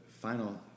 final